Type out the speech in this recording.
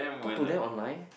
talk to them online